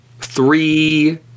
three